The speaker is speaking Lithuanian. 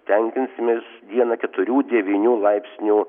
tenkinsimės dieną keturių devynių laipsnių